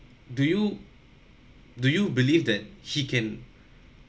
do you do you believe that he can